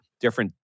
different